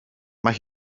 mae